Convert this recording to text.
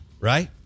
right